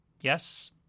Yes